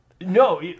No